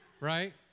Right